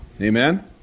Amen